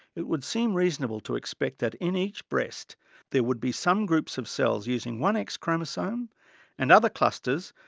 it would seem reasonable to expect that in each breast there would be some groups of cells using one x chromosome and other clusters,